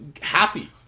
happy